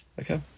Okay